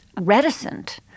reticent